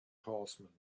horsemen